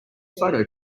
photo